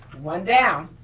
one down.